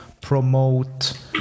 promote